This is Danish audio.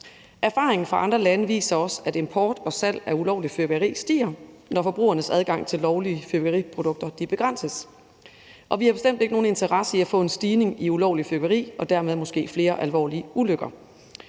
Erfaringen fra andre lande viser også, at import og salg af ulovligt fyrværkeri stiger, når forbrugernes adgang til lovlige fyrværkeriprodukter begrænses. Vi har bestemt ikke nogen interesse i at få en stigning i ulovligt fyrværkeri og dermed måske flere alvorlige ulykker.